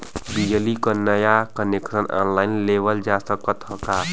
बिजली क नया कनेक्शन ऑनलाइन लेवल जा सकत ह का?